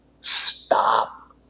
Stop